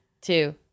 two